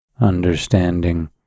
understanding